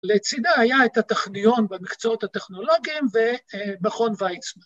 לצדה היה את הטכניון במקצועות הטכנולוגיים ומכון ויצמן.